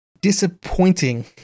disappointing